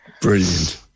Brilliant